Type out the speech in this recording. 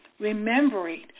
remembering